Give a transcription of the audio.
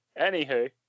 Anywho